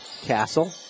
Castle